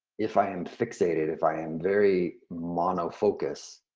if i am fixated, if i am very mono-focus,